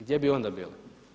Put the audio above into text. Gdje bi onda bili?